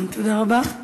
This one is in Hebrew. תודה רבה.